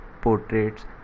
portraits